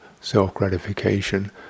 self-gratification